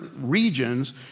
regions